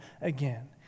again